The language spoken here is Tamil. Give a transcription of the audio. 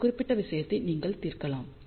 இந்த குறிப்பிட்ட விஷயத்தை நீங்கள் தீர்க்கலாம்